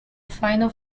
final